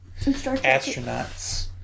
Astronauts